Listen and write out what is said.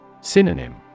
Synonym